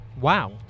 Wow